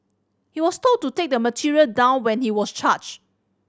he was told to take the material down when he was charge